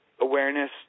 awareness